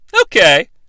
Okay